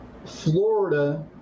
Florida